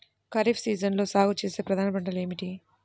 ఖరీఫ్ సీజన్లో సాగుచేసే ప్రధాన పంటలు ఏమిటీ?